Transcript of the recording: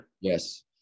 Yes